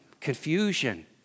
confusion